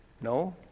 No